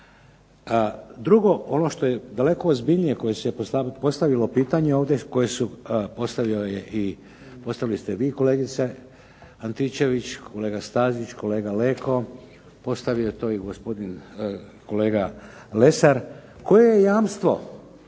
Drugo, ono što je daleko ozbiljnije koje se postavilo pitanje ovdje, koje su, postavili ste i vi kolegice Antičević, kolega Stazić, kolega Leko, postavio je to i gospodin kolega Lesar, koje je jamstvo